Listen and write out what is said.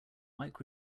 mike